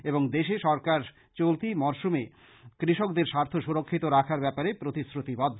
এবং সরকার চলতি চাষের মরশুমে কৃষকদের স্বার্থ সুরক্ষিত রাখার ব্যাপারে প্রতিশ্রতিবদ্ধ